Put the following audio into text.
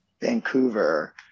Vancouver